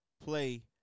play